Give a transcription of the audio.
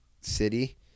city